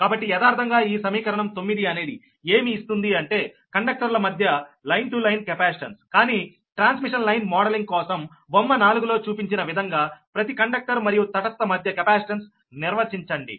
కాబట్టి యదార్ధంగా ఈ సమీకరణం 9 అనేది ఏమి ఇస్తుంది అంటే కండక్టర్ ల మధ్య లైన్ టు లైన్ కెపాసిటెన్స్కానీ ట్రాన్స్మిషన్ లైన్ మోడలింగ్ కోసం బొమ్మ 4 లో చూపించిన విధంగా ప్రతి కండక్టర్ మరియు తటస్థ కండక్టర్ మధ్య కెపాసిటెన్స్ నిర్వచించండి